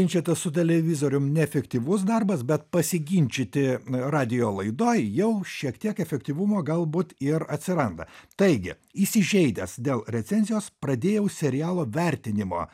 ginčytis su televizorium neefektyvus darbas bet pasiginčyti radijo laidoj jau šiek tiek efektyvumo galbūt ir atsiranda taigi įsižeidęs dėl recenzijos pradėjau serialo vertinimo